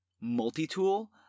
multi-tool